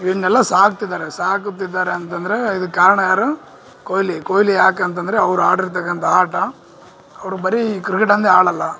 ಇವನ್ನೆಲ್ಲಾ ಸಾಕ್ತಿದ್ದಾರೆ ಸಾಕುತ್ತಿದ್ದಾರೆ ಅಂತಂದರೆ ಇದಕ್ಕೆ ಕಾರಣ ಯಾರು ಕೊಹ್ಲಿ ಕೊಹ್ಲಿ ಯಾಕಂತಂದರೆ ಅವ್ರು ಆಡಿರ್ತಕ್ಕಂಥ ಆಟ ಅವರು ಬರೀ ಕ್ರಿಕೆಟ್ ಅಂದೆ ಆಡೊಲ್ಲಾ